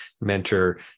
mentor